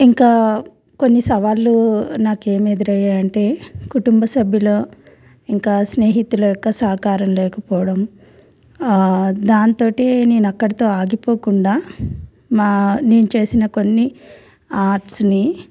ఇంకా కొన్ని సవాళ్ళు నాకు ఏమి ఎదురయ్యాయి అంటే కుటుంబ సభ్యులో ఇంకా స్నేహితుల యొక్క సహకారం లేకపోవడం దాంతోటే నేను అక్కడితో ఆగిపోకుండా మా నేను చేసిన కొన్ని ఆర్ట్స్ని